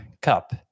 cup